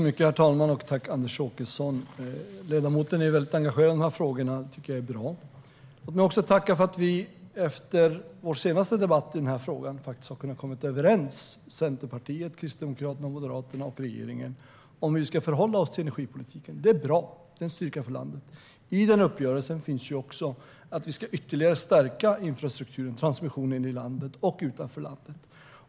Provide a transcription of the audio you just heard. Herr talman! Tack, Anders Åkesson! Ledamoten är väldigt engagerad i frågorna; det är bra. Jag vill också tacka för att vi efter vår senaste debatt i frågan har kunnat komma överens mellan Centerpartiet, Kristdemokraterna, Moderaterna och regeringen om hur vi ska förhålla oss till energipolitiken. Det är bra, och det är en styrka för landet. I uppgörelsen finns också att vi ytterligare ska stärka infrastrukturtransmissionen i landet och utanför landet.